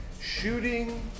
shooting